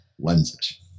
lenses